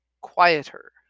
Quieter